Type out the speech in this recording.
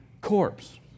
corpse